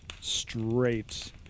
straight